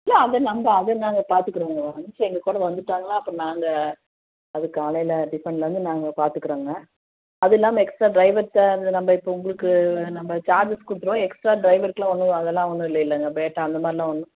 இல்லை அங்கேர்ந்து அங்கே அதை நாங்கள் பார்த்துக்குறோங்க அவங்க ஒன்ஸ் எங்கள்கூட வந்துவிட்டாங்கனா அப்புறம் நாங்கள் அது காலையில் டிஃபன்லேர்ந்து நாங்கள் பார்த்துக்குறோங்க அது இல்லாமல் எக்ஸ்ட்ரா ட்ரைவர் சார்ஜ் நம்ம இப்போ உங்களுக்கு நம்ப சார்ஜஸ் கொடுத்துடுவோம் எக்ஸ்ட்ரா ட்ரைவர்கலாம் ஒன்றும் அதெல்லாம் ஒன்றும் இல்லைலங்க பேட்டா அந்தமாதிரிலாம் ஒன்றும்